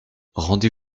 rendez